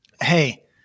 hey